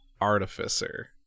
Artificer